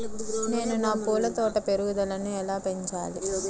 నేను నా పూల తోట పెరుగుదలను ఎలా పెంచాలి?